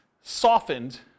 softened